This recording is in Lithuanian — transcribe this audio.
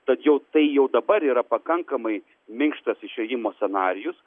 tad jau tai jau dabar yra pakankamai minkštas išėjimo scenarijus